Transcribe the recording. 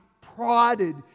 prodded